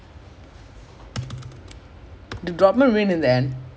okay lah